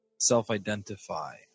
self-identify